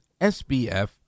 SBF